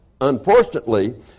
Unfortunately